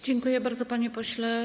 Dziękuję bardzo, panie pośle.